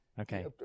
Okay